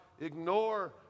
ignore